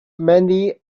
many